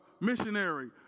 missionary